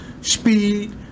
speed